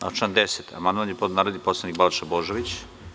Na član 10. amandman je podneo narodni poslanik Balša Božović.